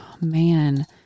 Man